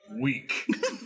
weak